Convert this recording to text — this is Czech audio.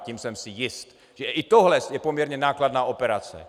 Tím jsem si jist, že i tohle je poměrně nákladná operace.